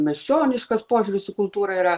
miesčioniškas požiūris į kultūrą yra